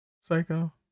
Psycho